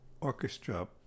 orchestra